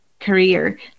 career